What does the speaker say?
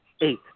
eight